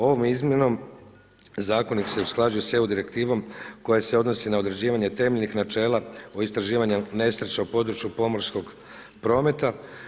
Ovo izmjenom zakonik se usklađuje sa EU direktivom koja se odnosi na određivanje temeljnih načela u istraživanju nesreća u području pomorskog prometa.